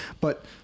But-